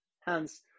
Hence